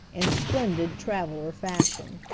in splendid traveler fashion.